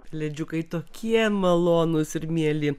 pelėdžiukai kai tokie malonūs ir mieli